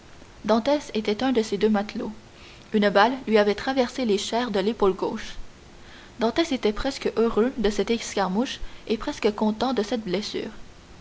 dantès était un de ces deux matelots une balle lui avait traversé les chairs de l'épaule gauche dantès était presque heureux de cette escarmouche et presque content de cette blessure